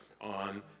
on